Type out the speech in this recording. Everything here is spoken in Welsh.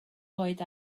oed